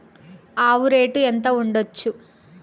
ఆవు రేటు ఎంత ఉండచ్చు?